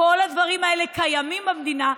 כל הדברים האלה קיימים במדינה,